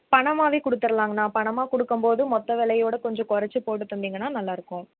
பணமாகவே கொடுத்துருலாங்கண்ணா பணமாக கொடுக்கம் போது மொத்த விலையோட கொஞ்சம் குறச்சி போட்டு தந்தீங்கன்னா கொஞ்சம் நல்லாயிருக்கும்